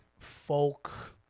folk